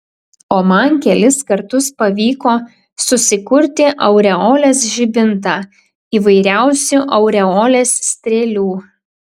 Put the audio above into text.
o man kelis kartus pavyko susikurti aureolės žibintą įvairiausių aureolės strėlių